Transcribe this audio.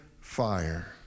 fire